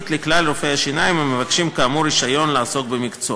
לכלל רופאי השיניים המבקשים כאמור רישיון לעסוק במקצוע.